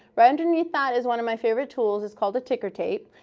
right underneath that is one of my favorite tools. it's called a ticker tape.